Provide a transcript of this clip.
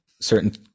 Certain